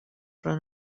però